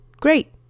Great